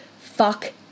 fuck